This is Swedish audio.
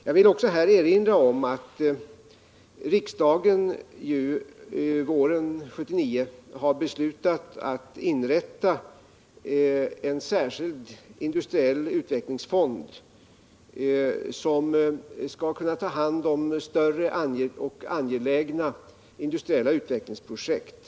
Jag vill också erinra om att riksdagen våren 1979 beslöt inrätta en särskild industriell utvecklingsfond som skall kunna ta hand om större och angelägna industriella utvecklingsprojekt.